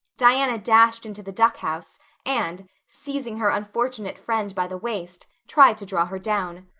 diana dashed into the duck house and, seizing her unfortunate friend by the waist, tried to draw her down.